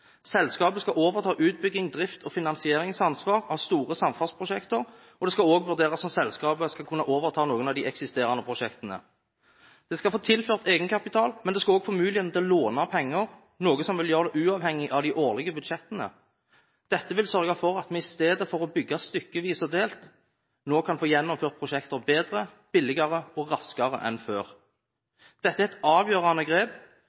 Selskapet skal overta utbyggings-, drifts- og finansieringsansvar av store samferdselsprosjekter, og det skal også vurderes om man skal kunne overdra noen av de eksisterende prosjektene til selskapet. Det skal få tilført egenkapital, men det skal også få muligheten til å låne penger, noe som vil gjøre det uavhengig av de årlige budsjettene. Dette vil sørge for at vi i stedet for å bygge stykkevis og delt, nå kan få gjennomført prosjekter bedre, billigere og raskere enn før. Dette er et avgjørende grep.